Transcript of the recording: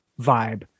vibe